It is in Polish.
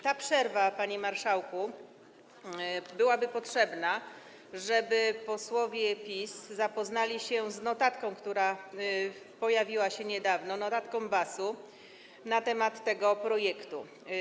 Ta przerwa, panie marszałku, byłaby potrzebna, żeby posłowie PiS zapoznali się z notatką, która pojawiła się niedawno, notatką BAS na temat tego projektu.